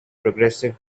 progressive